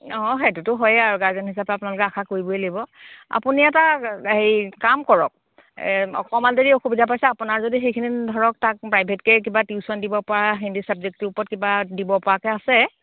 অঁ সেইটোটো হয়েই আৰু গাৰ্জেন হিচাপে আপোনালোকে আশা কৰিবই লাগিব আপুনি এটি হেৰি কাম কৰক অকণমান যদি অসুবিধা পাইছে আপোনাৰ যদি সেইখিনি ধৰক তাক প্ৰাইভেটকৈ কিবা টিউশ্যন দিব পৰা হিন্দী চাব্জেক্টটোৰ ওপৰত কিবা দিব পৰাকৈ আছে